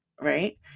right